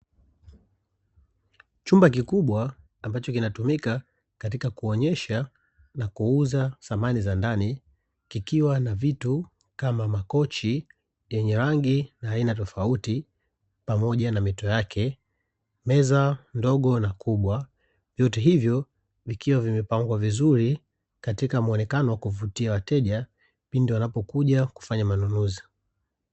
Chumba kikubwa ambacho kinatumika katika kuonyesha na kuuza samani za ndani kikiwa na vitu kama makochi yenye rangi ya aina tofauti pamoja na mito yake, meza ndogo na kubwa vyote hivyo vikiwa vimepangwa vizuri katika muonekano wa kuvutia wateja pindi wanapokuja kufanya manunuzi.